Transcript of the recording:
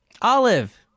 olive